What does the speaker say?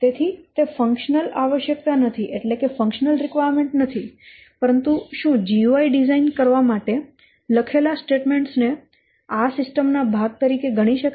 તેથી તે ફંક્શનલ આવશ્યકતા નથી પરંતુ શું GUI ડિઝાઇન કરવા માટે લખેલા સ્ટેટમેન્ટસ ને આ સિસ્ટમ ના ભાગ તરીકે ગણી શકાય